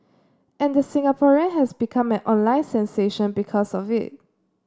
and the Singaporean has become an online sensation because of it